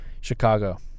Chicago